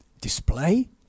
display